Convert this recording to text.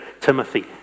Timothy